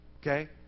okay